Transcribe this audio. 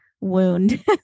wound